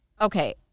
Okay